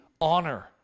honor